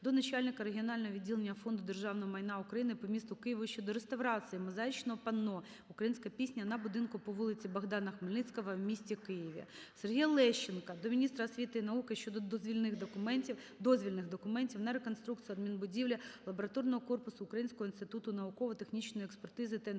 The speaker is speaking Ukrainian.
до начальника Регіонального відділення Фонду державного майна України по місту Києву щодо реставрації мозаїчного панно "Українська пісня" на будинку по вулиці Богдана Хмельницького в місті Києві. Сергія Лещенка до міністра освіти і науки щодо дозвільних документів на реконструкцію адмінбудівлі лабораторного корпусу Українського інституту науково-технічної експертизи та інформації,